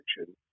action